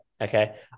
okay